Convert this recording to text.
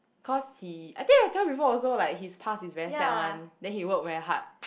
cause he I think I told you before also like his past is very sad one then he work very hard